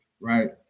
right